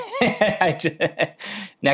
Next